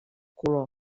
color